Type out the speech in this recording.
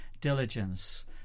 diligence